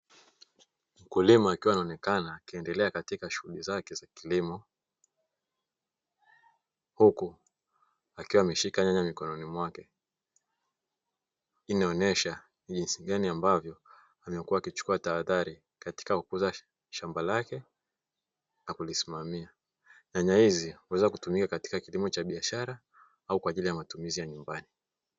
Mkulima akiwa anaonekana akiendelea katika shughuli zake za kilimo huku akiwa ameshika nyanya mikononi mwake, hii inaonyesha ni jinsi gani ambavyo amekua akichukua tahadhari katika kukuza shamba lake na kulisimamia, nyanya hizi huweza kutumika katika kilimo cha biashara au kwajili ya matumizi ya nyumbani.